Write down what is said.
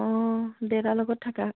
অঁ দেউতাৰ লগত থাকা